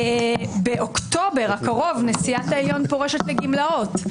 באוקטובר הקרוב נשיאת העליון פורשת לגמלאות,